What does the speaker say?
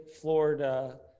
Florida